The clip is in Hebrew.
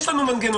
יש לנו מנגנונים,